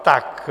Tak.